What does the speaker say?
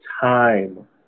time